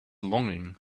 longing